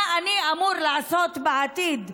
מה אני אמור לעשות, בעתיד?